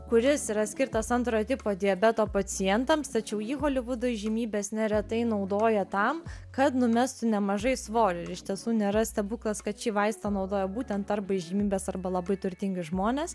kuris yra skirtas antrojo tipo diabeto pacientams tačiau jį holivudo įžymybės neretai naudoja tam kad numestų nemažai svorio ir iš tiesų nėra stebuklas kad šį vaistą naudoja būtent arba įžymybės arba labai turtingi žmonės